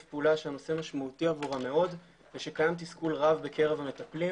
פעולה שהנושא משמעותי עבורם מאוד ושקיים תסכול רב בקרב המטפלים